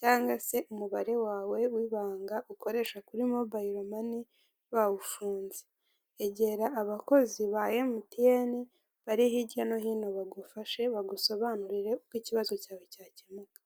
cyangwa se umubare wawe w'ibanga ukoresha kuri mobile mane bawufunze , egera abakozi ba emutiyeni bari hirya no hino bagufashe bagusobanurire uko ikibazo cyawe cyakemuka.